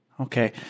Okay